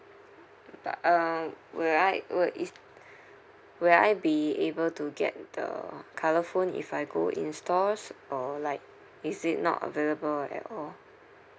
but um will I will is will I be able to get the colour phone if I go in stores or like is it not available at all